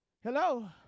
Hello